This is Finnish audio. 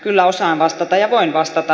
kyllä osaan vastata ja voin vastata